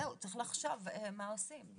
זהו, צריך לחשוב מה עושים.